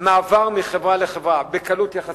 מעבר מחברה לחברה בקלות יחסית,